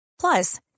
Plus